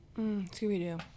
scooby-doo